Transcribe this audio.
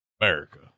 America